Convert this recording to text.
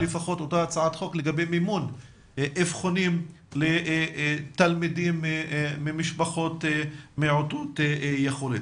לפחות אותה הצעת חוק לגבי מימון אבחונים תלמידים ממשפחות מעוטות יכולת.